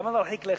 למה להרחיק לכת?